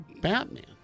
Batman